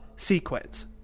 sequence